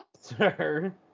Sir